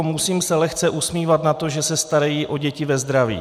Musím se lehce usmívat nad tím, že se starají o děti ve zdraví.